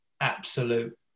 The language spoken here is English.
absolute